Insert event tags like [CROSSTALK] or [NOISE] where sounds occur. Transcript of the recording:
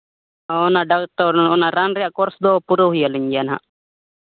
ᱚᱱᱟ [UNINTELLIGIBLE] ᱚᱱᱟ ᱨᱟᱱ ᱨᱮᱭᱟᱜ ᱠᱳᱨᱥ ᱫᱚ ᱯᱩᱨᱟᱹᱣ ᱦᱩᱭ ᱟᱹᱞᱤᱧ ᱜᱮᱭᱟ ᱦᱟᱸᱜ